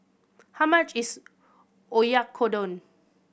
how much is Oyakodon